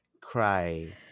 cry